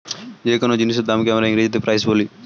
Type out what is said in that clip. যে কোন জিনিসের দামকে আমরা ইংরেজিতে প্রাইস বলি